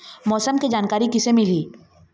मौसम के जानकारी किसे मिलही?